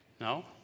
No